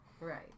Right